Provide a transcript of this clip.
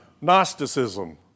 Gnosticism